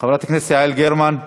חברת הכנסת יעל גרמן,